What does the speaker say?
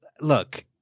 look